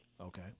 Okay